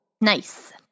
Nice